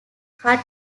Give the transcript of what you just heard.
cut